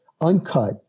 uncut